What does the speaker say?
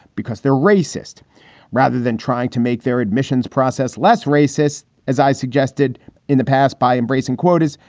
because they're racist rather than trying to make their admissions process less racist. as i suggested in the past, by embracing quotas,